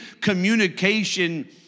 communication